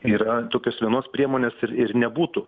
yra tokios vienos priemonės ir ir nebūtų